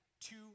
two